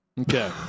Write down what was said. Okay